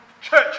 church